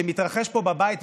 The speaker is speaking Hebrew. שמתרחש פה בבית,